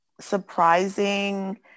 surprising